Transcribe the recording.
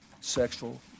sexual